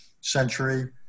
century